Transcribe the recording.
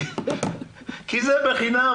זה בחינם,